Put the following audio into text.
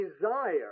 desire